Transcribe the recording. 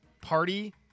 party